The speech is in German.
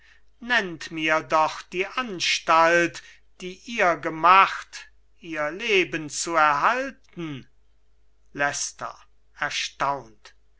nennt mir doch die anstalt die ihr gemacht ihr leben zu erhalten